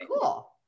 cool